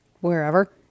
wherever